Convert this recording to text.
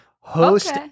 Host